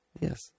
Yes